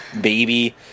baby